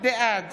בעד